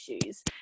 issues